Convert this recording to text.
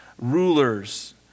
rulers